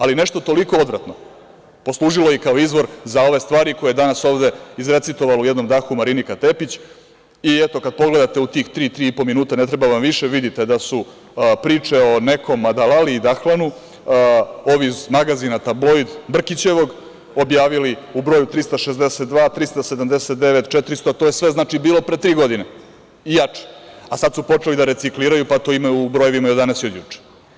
Ali, nešto toliko odvratno poslužilo je i kao izvor za ove stvari koje je danas ovde izrecitovala u jednom dahu Marinika Tepić i eto, kada pogledate u tih tri, tri i po minuta, ne treba vam više, vidite da su priče o nekom Adalali i Dahlanu, ovi iz magazina „Tabloid“ Brkićevog, objavili u broju 362, 379, 400, to je sve znači bilo pre tri godine i jače, a sada su počeli da recikliraju, pa to ima i u brojevima od danas i juče.